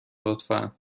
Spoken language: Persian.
لطفا